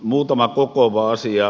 muutama kokoava asia